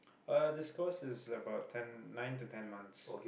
uh this course is about ten nine to ten months